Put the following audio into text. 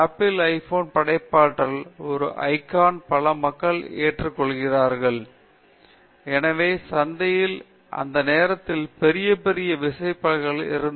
apple iPhone படைப்பாற்றல் ஒரு icon பல மக்கள் அதை ஏற்க ஏனெனில் அவர்கள் சொன்னது என்ன அவர்கள் ஏதோ செய்ததால் அவர்கள் பல விஷயங்களை செய்தனர் எந்த சிந்திக்க முடியாத எந்த விசைப்பலகை இல்லாமல் ஒரு தொலைபேசி போன்ற பின்னர் எழுத்தாணி இல்லை விரல் பயன்படுத்தப்படுகிறது ஒரு எழுத்தாணி போல